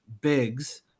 bigs